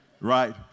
right